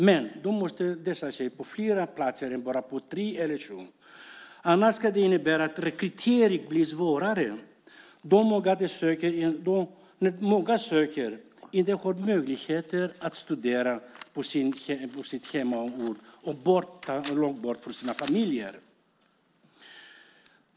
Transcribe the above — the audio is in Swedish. Men då måste den finnas på flera platser än på bara tre eller sju, annars kan det innebära att det blir svårt med rekrytering om många sökande inte har möjlighet att studera på sin hemort utan måste studera långt bort från sina familjer.